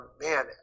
Man